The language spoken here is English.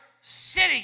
city